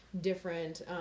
different